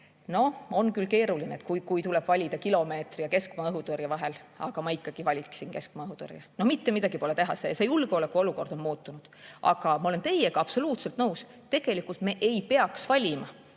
siis on küll keeruline, kui tuleb valida kilomeetri ja keskmaa õhutõrje vahel, aga ma ikkagi valiksin keskmaa õhutõrje. No mitte midagi pole teha. Julgeolekuolukord on muutunud. Aga ma olen teiega absoluutselt nõus, et tegelikult me ei peaks valima.